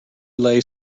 relay